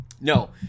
No